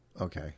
Okay